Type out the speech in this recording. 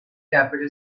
capital